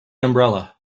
umbrella